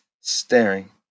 staring